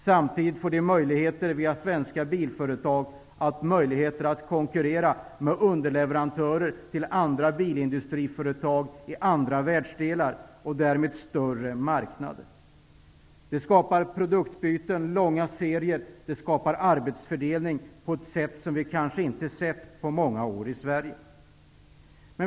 Samtidigt får de via svenska bilföretag möjligheter att konkurrera med underleverantörer till andra bilindustriföretag i andra världsdelar och därmed större marknader. Det skapar produktbyten, långa serier och arbetsfördelning, på ett sätt som vi kanske inte har sett på många år i Sverige.